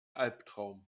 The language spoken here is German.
albtraum